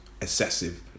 excessive